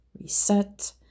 reset